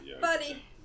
buddy